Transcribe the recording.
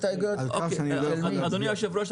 אדוני היושב-ראש,